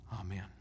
Amen